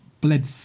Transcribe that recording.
bled